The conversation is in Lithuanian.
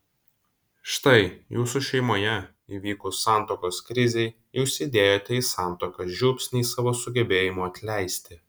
štai jūsų šeimoje įvykus santuokos krizei jūs įdėjote į santuoką žiupsnį savo sugebėjimo atleisti